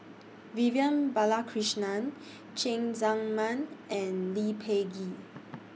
Vivian Balakrishnan Cheng Tsang Man and Lee Peh Gee